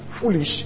foolish